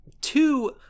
Two